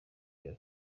rya